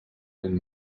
than